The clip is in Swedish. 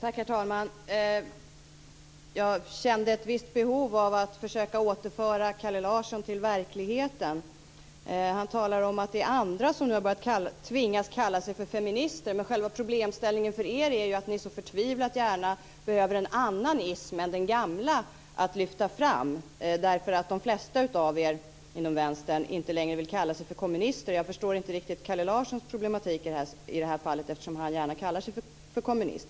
Herr talman! Jag kände ett visst behov av att försöka återföra Kalle Larsson till verkligheten. Han talar om att det är andra som nu tvingas kalla sig för feminister, men själva problemställningen för er handlar ju om att ni så förtvivlat gärna vill ha en annan ism än den gamla att lyfta fram. De flesta av er inom Vänstern vill ju inte längre kalla er för kommunister. Jag förstår inte riktigt Kalle Larssons problematik i det här fallet, eftersom han gärna kallar sig för kommunist.